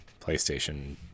PlayStation